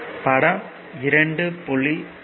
படம் 2